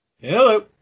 Hello